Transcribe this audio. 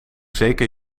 zeker